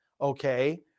okay